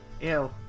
Ew